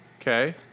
Okay